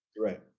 Right